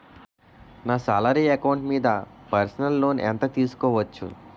నా salary account మీద personal loan ఎంత తీసుకోవచ్చు?